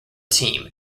team